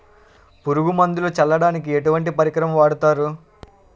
పురుగు మందులు చల్లడానికి ఎటువంటి పరికరం వాడతారు?